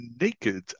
naked